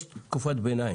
יש תקופת ביניים.